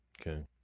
okay